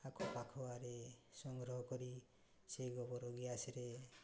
ଆଖ ପାଖୁଆରେ ସଂଗ୍ରହ କରି ସେଇ ଗୋବର ଗ୍ୟାସ୍ରେ